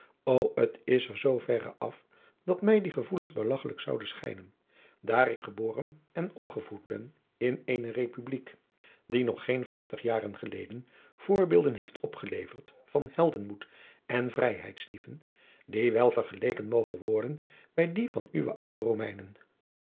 o het is er zoo verre af dat mij die gevoelens belagchelijk zouden schijnen daar ik geboren en opgevoed ben in eene republiek die nog geen vijftig jaren geleden voorbeelden heeft opgeleverd van heldenmoed en vrijheidsliefde die wel vergeleken mogen worden bij die van uwe oude romeinen